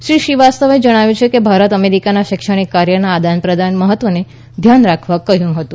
શ્રી શ્રીવાસ્તવે જણાવ્યું કે ભારતે અમેરિકાને શૈક્ષણિક કાર્યના આદાનપ્રદાનના મહત્વને ધ્યાનમાં રાખવા કહ્યું હતું